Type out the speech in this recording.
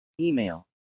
email